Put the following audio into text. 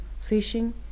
fishing